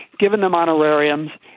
given them honorariums.